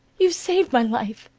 you've saved my life.